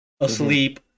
asleep